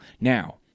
Now